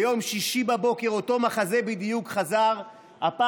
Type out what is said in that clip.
ביום שישי בבוקר אותו מחזה בדיוק חזר על עצמו,